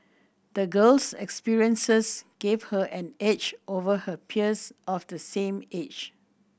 the girl's experiences gave her an edge over her peers of the same age